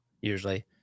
usually